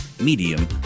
medium